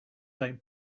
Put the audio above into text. date